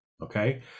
Okay